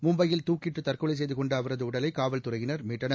மும்பையில் துக்கிட்டு தற்கொலை செய்து கொண்ட அவரது உடலை காவல்துறையினர் மீட்டனர்